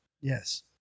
Yes